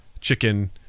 chicken